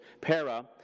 para